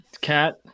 cat